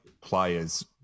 players